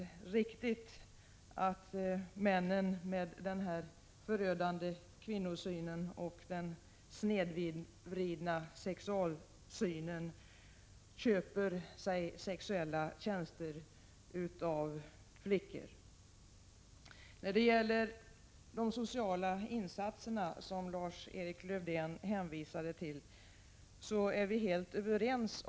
1985/86:130 är riktigt att männen med denna förödande kvinnosyn och snedvridna sexualsyn köper sig sexuella tjänster av flickor. Lars-Erik Lövdén hänvisade till de sociala insatserna.